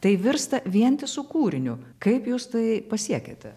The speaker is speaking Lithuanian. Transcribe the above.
tai virsta vientisu kūriniu kaip jūs tai pasiekiate